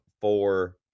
four